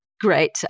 Great